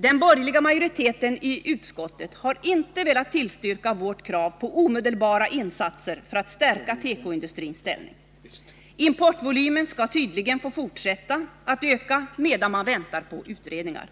Den borgerliga majoriteten i utskottet har inte velat tillstyrka vårt krav på omedelbara insatser för att stärka tekoindustrins ställning. Importvolymen skall tydligen få fortsätta att öka medan man väntar på utredningar.